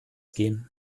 gehen